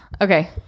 Okay